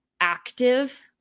active